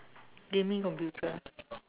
gaming computer